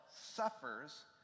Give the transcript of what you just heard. suffers